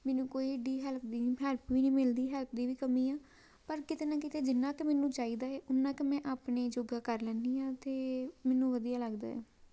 ਮੈਨੂੰ ਕੋਈ ਡੀ ਹੈਲਪ ਦੇਣ ਹੈਲਪ ਵੀ ਨਹੀਂ ਮਿਲਦੀ ਹੈ ਹੈਲਪ ਦੀ ਵੀ ਕਮੀ ਆ ਪਰ ਕਿਤੇ ਨਾ ਕਿਤੇ ਜਿੰਨਾ ਕੁ ਮੈਨੂੰ ਚਾਹੀਦਾ ਉੱਨਾ ਕੁ ਮੈਂ ਆਪਣੇ ਜੋਗਾ ਕਰ ਲੈਂਦੀ ਹਾਂ ਅਤੇ ਮੈਨੂੰ ਵਧੀਆ ਲੱਗਦਾ ਹੈ